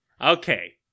Okay